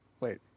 Wait